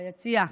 ביציע,